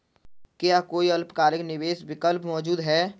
क्या कोई अल्पकालिक निवेश विकल्प मौजूद है?